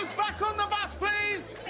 back on the bus, please!